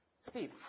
Steve